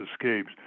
escapes